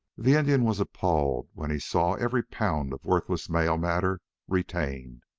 the indian was appalled when he saw every pound of worthless mail matter retained,